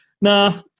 nah